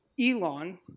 Elon